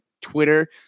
Twitter